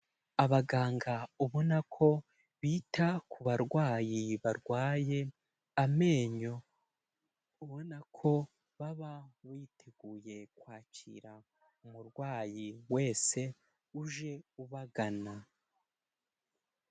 Abaganga ubona ko bita ku barwayi barwaye amenyo, ubona ko baba biteguye kwakira umurwayi wese uje ubagana.